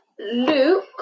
Luke